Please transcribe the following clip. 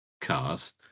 cars